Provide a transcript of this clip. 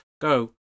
Go